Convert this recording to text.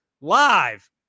live